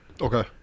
Okay